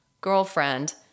girlfriend